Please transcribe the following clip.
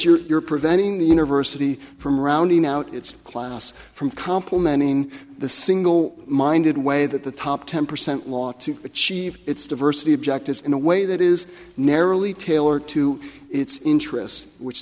but you're preventing the university from rounding out its class from complementing the single minded way that the top ten percent lot achieve its diversity objectives in a way that is narrowly tailored to its interests which